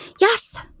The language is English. Yes